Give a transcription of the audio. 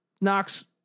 knocks